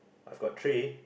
I've got three